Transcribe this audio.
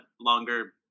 longer